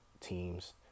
teams